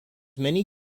many